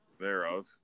thereof